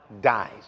dies